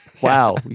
wow